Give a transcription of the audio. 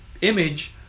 image